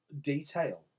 detail